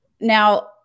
Now